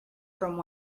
from